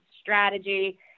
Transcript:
strategy